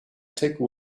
take